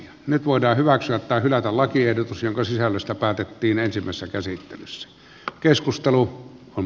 nyt voidaan hyväksyä tai hylätä lakiehdotus jonka sisällöstä päätettiin ensimmäisessä käsittelyssä ja keskustelu on